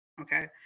Okay